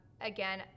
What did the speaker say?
again